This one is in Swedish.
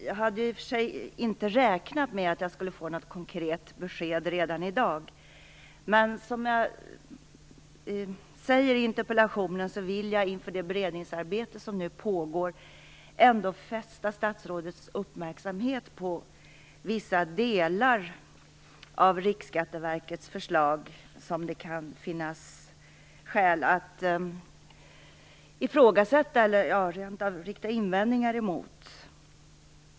Jag hade i och för sig inte räknat med att jag skulle få något konkret besked redan i dag, men som jag säger i interpellationen vill jag inför det beredningsarbete som nu pågår ändå fästa statsrådets uppmärksamhet på vissa delar av Riksskatteverkets förslag, som det kan finnas skäl att ifrågasätta eller rent av rikta invändningar emot.